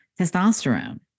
testosterone